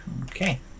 Okay